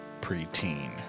preteen